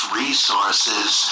resources